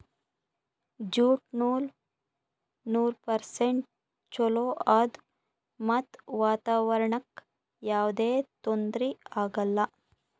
jute ನೂಲ್ ನೂರ್ percent ಚೊಲೋ ಆದ್ ಮತ್ತ್ ವಾತಾವರಣ್ಕ್ ಯಾವದೇ ತೊಂದ್ರಿ ಆಗಲ್ಲ